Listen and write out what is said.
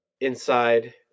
Inside